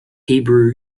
hebrew